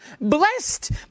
blessed